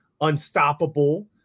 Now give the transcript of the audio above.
unstoppable